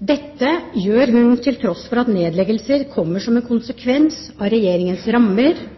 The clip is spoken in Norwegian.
Dette gjør hun til tross for at nedleggelser kommer som en konsekvens av Regjeringens rammer